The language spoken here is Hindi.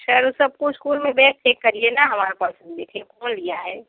सर सबको स्कूल में बैग चेक करिए ना हमारा पर्स देखिए कौन लिया है